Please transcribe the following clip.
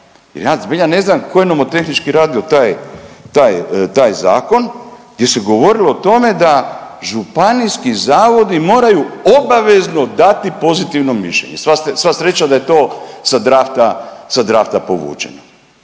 Ja zbilja ne znam tko je nomotehnički radio taj, taj, taj zakon gdje se govorilo o tome da županijski zavodi moraju obavezno dati pozitivno mišljenje. I sva sreća da je to sa drafta,